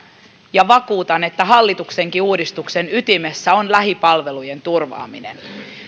ja vakuutan että hallituksenkin uudistuksen ytimessä on lähipalvelujen turvaaminen